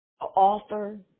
author